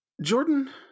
Jordan